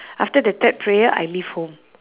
after the third prayer I leave home